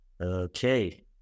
Okay